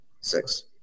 Six